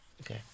Okay